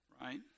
Right